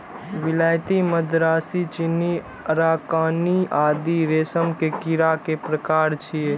विलायती, मदरासी, चीनी, अराकानी आदि रेशम के कीड़ा के प्रकार छियै